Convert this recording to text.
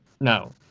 no